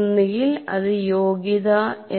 ഒന്നുകിൽ അത് യോഗ്യത